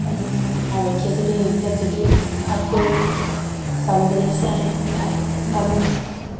আৰক্ষীয়ে যদি এইবিলাক যদি ভালকৈ চালি জাৰি চায় ভাবে